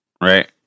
right